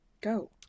Go